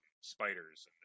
spiders